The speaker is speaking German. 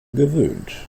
gewöhnt